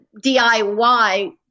DIY